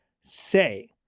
say